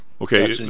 Okay